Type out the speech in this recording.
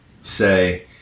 say